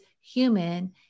human